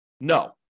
No